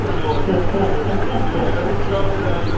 i know every trucker yeah every trucker that